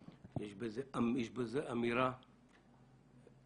₪, יש בזה אמירה חדה,